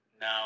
Now